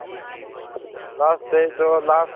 ꯂꯥꯁ ꯗꯦꯠꯇꯣ ꯂꯥꯁ